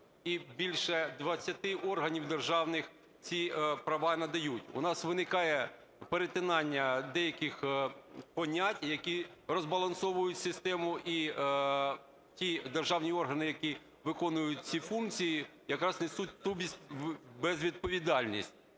і більше двадцяти органів державних ці права надають. У нас виникає перетинання деяких понять, які розбалансовують систему, і ті державні органи, які виконують ці функції, якраз несуть ту безвідповідальність,